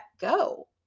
go